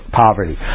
poverty